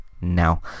now